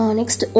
next